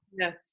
yes